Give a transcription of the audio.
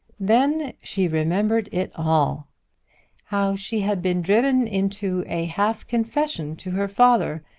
then she remembered it all how she had been driven into a half confession to her father.